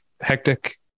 hectic